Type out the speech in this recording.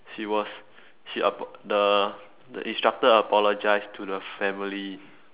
she was she apol~ the the instructor apologized to the family